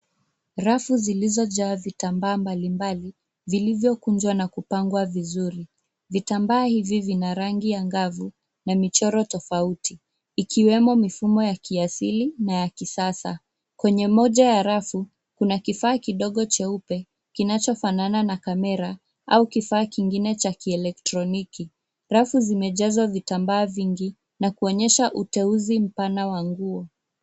Rafu zilizojaa vitamba mbalimbali zilizokunjwa na kupangwa vizuri. Vitambaa hivi vina rangi angavu na michoro tofauti ikiwemo mifumo ya kiasili na kisasa. Kwenye moja ya rafu kuna kifaa kimoja cheupe kinachofanana na kamera au kifaa kingine cha kielektroniki. Rafu zimejazwa vitambaa nyingi na kuonyeshwa uteuzi mpana wa nguo.